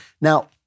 Now